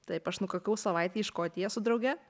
taip aš nukakau savaitę į škotiją su drauge